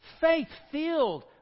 faith-filled